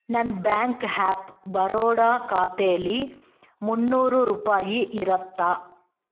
ನನ್ನ bank of Baroda ಖಾತೇಲಿ ಮೂನ್ನೂರು ರೂಪಾಯಿ ಇರುತ್ತಾ